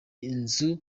inzu